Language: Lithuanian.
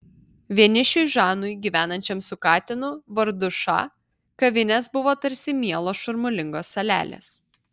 vienišiui žanui gyvenančiam su katinu vardu ša kavinės buvo tarsi mielos šurmulingos salelės